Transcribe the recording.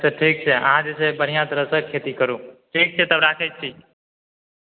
अच्छा ठीक छै अहाँ जे छै से बढ़िऑं तरहसे खेती करूँ ठीक छै तब राखै छी